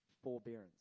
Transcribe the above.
forbearance